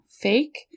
fake